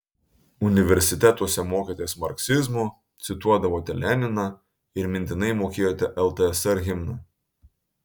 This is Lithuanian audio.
universitetuose mokėtės marksizmo cituodavote leniną ir mintinai mokėjote ltsr himną